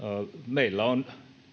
meillä on